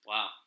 Wow